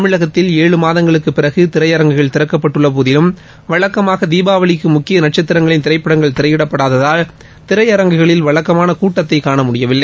தமிழகத்தில் ஏழு மாதங்களுக்குப் பிறகு திரையரங்குகள் திறக்கப்பட்டுள்ள போதிலும் வழக்கமாக தீபாவளிக்கு முக்கிய நட்சத்திரங்களின் திரைப்படங்கள் திரையிடப்படாததால் திரையரங்குகளில் வழக்கமான கூட்டத்தை காண முடியவில்லை